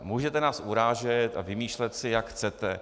Můžete nás urážet a vymýšlet si, jak chcete.